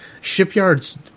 Shipyards